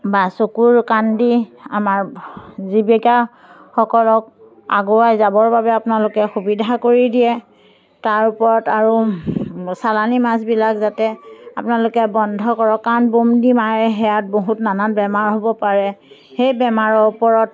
বা চকু কাণ দি আমাৰ জীৱিকাসকলক আগুৱাই যাবৰ বাবে আপোনালোকে সুবিধা কৰি দিয়ে তাৰ ওপৰত আৰু চালানি মাছবিলাক যাতে আপোনালোকে বন্ধ কৰক কাৰণ বম দি মাৰে হেয়াত বহুত নানান বেমাৰ হ'ব পাৰে সেই বেমাৰৰ ওপৰত